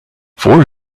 four